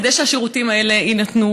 כדי שהשירותים האלה יינתנו,